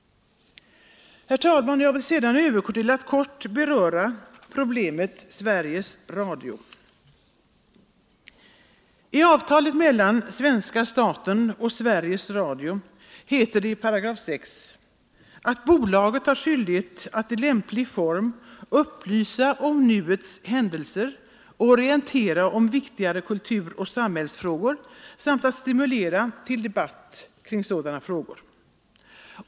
Herr talman! Jag vill sedan övergå till att kort beröra problemet Sveriges Radio. I avtalet mellan svenska staten och Sveriges Radio heter det i § 6, att bolaget har skyldighet att i lämplig form upplysa om nuets händelser och orientera om viktigare kulturoch samhällsfrågor samt stimulera till debatt kring sådana frågor.